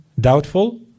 doubtful